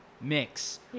mix